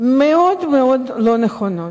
מאוד מאוד לא נכונות.